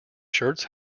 shirts